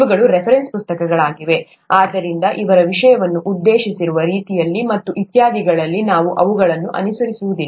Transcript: ಇವುಗಳು ರೆಫರೆನ್ಸ್ ಪುಸ್ತಕಗಳಾಗಿವೆ ಆದ್ದರಿಂದ ಅವರು ವಿಷಯವನ್ನು ಉದ್ದೇಶಿಸಿರುವ ರೀತಿಯಲ್ಲಿ ಮತ್ತು ಇತ್ಯಾದಿಗಳಲ್ಲಿ ನಾವು ಅವುಗಳನ್ನು ಅನುಸರಿಸುವುದಿಲ್ಲ